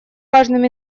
важным